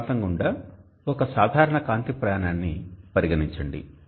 ఈ ప్రాంతం గుండా ఒక సాధారణ కాంతి ప్రయాణాన్ని పరిగణించండి